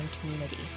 community